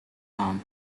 harm